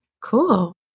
Cool